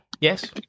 yes